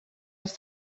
als